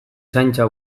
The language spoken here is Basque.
zaintza